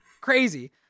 Crazy